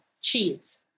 cheese